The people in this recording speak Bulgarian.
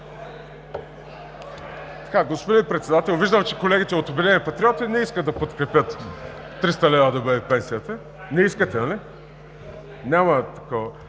Янков.) Господин Председател, виждам, че колегите от „Обединени патриоти“ не искат да подкрепят 300 лв. да бъде пенсията. Не искате, нали? (Неразбираем